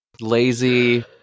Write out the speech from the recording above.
Lazy